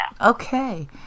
Okay